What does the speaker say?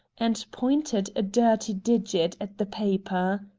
and pointed a dirty digit at the paper.